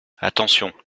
attention